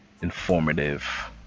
informative